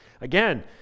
Again